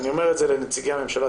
אני אומר את זה לנציגי הממשלה,